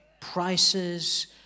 prices